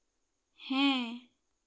ᱦᱮᱸ